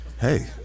Hey